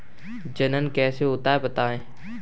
जनन कैसे होता है बताएँ?